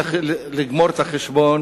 לגמור את החשבון